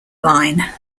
line